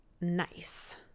nice